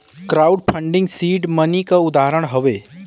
crowd funding seed money क उदाहरण हौ